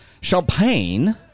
champagne